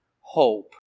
hope